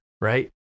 right